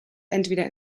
entweder